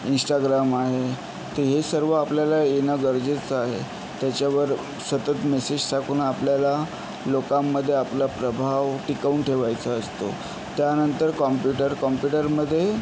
Instagram आहे तर हे सर्व आपल्याला येणं गरजेचं आहे त्याच्यावर सतत मेसेज टाकून आपल्याला लोकांमध्ये आपला प्रभाव टिकवून ठेवायचा असतो त्यानंतर कॉम्प्युटर कॉम्प्युटरमध्ये